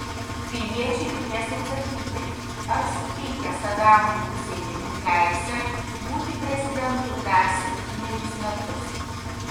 piliečiai turės atsakyti ar suteikia sadamui huseinui teisę būti prezidentu dar septynerius metus